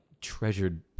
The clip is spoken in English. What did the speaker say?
treasured